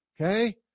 okay